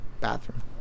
bathroom